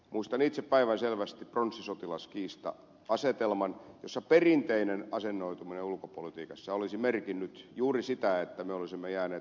muistan itse päivänselvästi pronssisotilaskiista asetelman jossa perinteinen asennoituminen ulkopolitiikassa olisi merkinnyt juuri sitä että me olisimme jääneet harmaalle alueelle